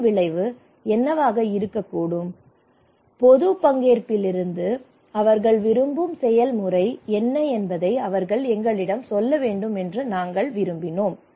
இதன் விளைவு என்னவாக இருக்கக்கூடும் பொது பங்கேற்பிலிருந்து அவர்கள் விரும்பும் செயல்முறை என்ன என்பதை அவர்கள் எங்களிடம் சொல்ல வேண்டும் என்று நாங்கள் விரும்பினோம்